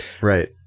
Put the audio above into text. right